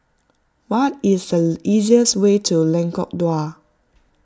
what is the easiest way to Lengkok Dua